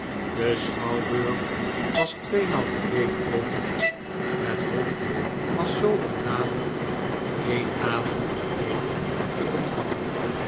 de schouwburg was tweemaal per week open het hof was zoo genadig een avond per week te ontvangen